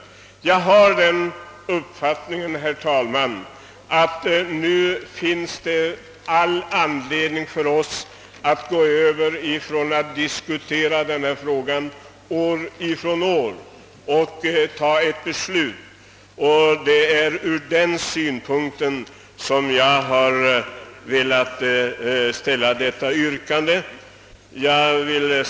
Enligt min uppfattning är det nu all anledning för oss att gå över från diskussion om denna fråga år efter år och i stället fatta beslut. Det är ur den synpunkten som jag har velat ställa detta yrkande.